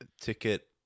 ticket